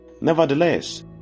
Nevertheless